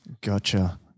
Gotcha